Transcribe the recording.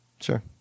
sure